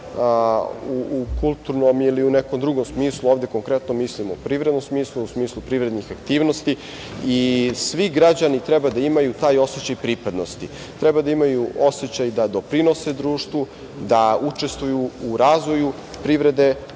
u kulturnom ili u nekom drugom smislu, ovde konkretno mislim o privrednom smislu, u smislu privrednih aktivnosti. Svi građani treba da imaju taj osećaj pripadnosti. Treba da imaju osećaj da doprinose društvu, da učestvuju u razvoju privrede